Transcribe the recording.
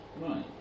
Right